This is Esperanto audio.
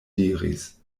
diris